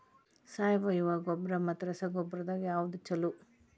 ಸಾವಯವ ಗೊಬ್ಬರ ಮತ್ತ ರಸಗೊಬ್ಬರದಾಗ ಯಾವದು ಛಲೋ?